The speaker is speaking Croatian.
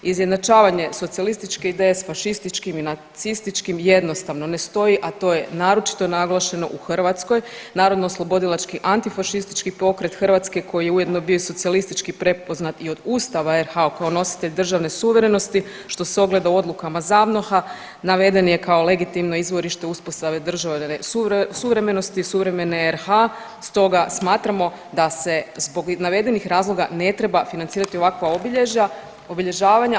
Izjednačavanje socijalističke ideje s fašističkim i nacističkim jednostavno ne stoji, a to je naročito naglašeno u Hrvatskoj Narodnooslobodilački antifašistički pokret Hrvatske koji je ujedno bio i socijalistički prepoznat i od Ustava RH kao nositelj državne suverenosti što se ogleda u odlukama ZAVNOH-a naveden je kao legitimno izvorište uspostave državne suvremenosti suvremene RH, stoga smatramo da se zbog navedenih razloga ne treba financirati ovakva obilježja obilježavanja.